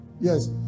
Yes